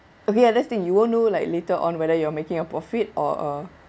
okay ya let's think you won't know like later on whether you're making a profit or uh